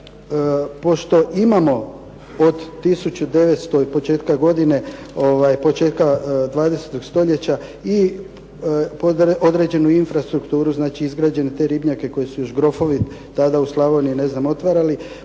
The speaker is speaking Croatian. pošto imamo od 1900. i početka godine, početka 20. stoljeća i određenu infrastrukturu, znači izgrađene te ribnjake koje su još grofovi tada u Slavoniji ne znam